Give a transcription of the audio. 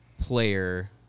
player